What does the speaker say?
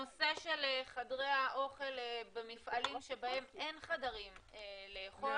הנושא של חדרי האוכל במפעלים שבהם אין חדרים לאכול,